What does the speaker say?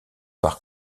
par